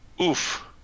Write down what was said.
Oof